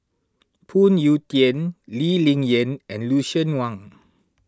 Phoon Yew Tien Lee Ling Yen and Lucien Wang